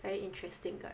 very interesting guy